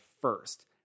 first